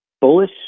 bullish